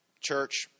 church